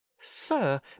Sir